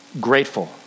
grateful